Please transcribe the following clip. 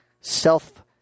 self